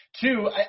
Two